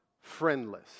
friendless